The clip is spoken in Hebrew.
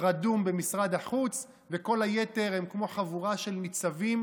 רדום במשרד החוץ וכל היתר הם כמו חבורה של ניצבים